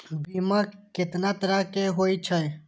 बीमा केतना तरह के हाई छै?